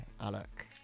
Alec